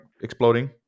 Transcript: exploding